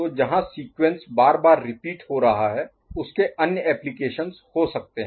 तो जहाँ सीक्वेंस बार बार रिपीट हो रहा है उसके अन्य एप्लीकेशनस हो सकते है